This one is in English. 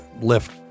lift